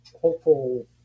hopeful